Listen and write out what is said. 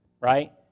right